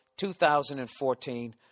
2014